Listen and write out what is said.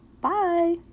Bye